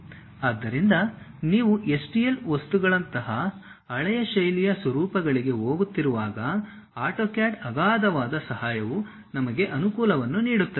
ಆದ್ದರಿಂದ ನೀವು STL ವಸ್ತುಗಳಂತಹ ಹಳೆಯ ಶೈಲಿಯ ಸ್ವರೂಪಗಳಿಗೆ ಹೋಗುತ್ತಿರುವಾಗ ಆಟೋಕ್ಯಾಡ್ನ ಅಗಾಧವಾದ ಸಹಾಯವು ನಮಗೆ ಅನುಕೂಲವನ್ನು ನೀಡುತ್ತದೆ